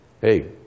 Hey